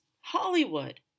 Hollywood